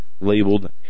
labeled